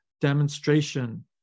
demonstration